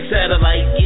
Satellite